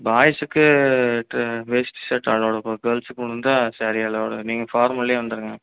பாய்ஸுக்கு டு வேஷ்டி சர்ட் அல்லோடுப்பா கேள்ஸுக்குன் வந்தால் சாரீ அல்லோடு நீங்கள் ஃபார்மல்லியே வந்துருங்க